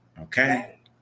Okay